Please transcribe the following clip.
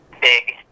big